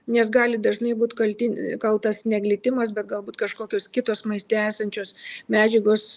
nes gali dažnai būt kalti kaltas ne glitimas be galbūt kažkokios kitos maiste esančios medžiagos